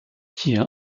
hier